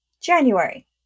January